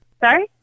sorry